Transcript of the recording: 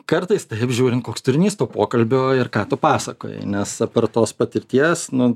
kartais taip žiūrint koks turinys to pokalbio ir ką tu pasakoji nes apart tos patirties nu